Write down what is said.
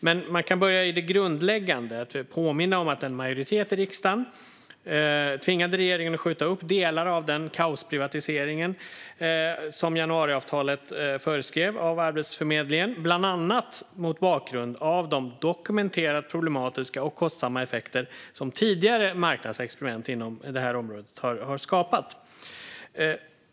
Men man kan börja i det grundläggande och påminna om att en majoritet i riksdagen tvingade regeringen att skjuta upp delar av den kaosprivatisering av Arbetsförmedlingen som januariavtalet föreskrev, bland annat mot bakgrund av de dokumenterat problematiska och kostsamma effekter som tidigare marknadsexperiment inom detta område har skapat.